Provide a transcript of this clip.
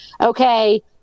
okay